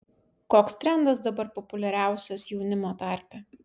koks trendas dabar populiariausias jaunimo tarpe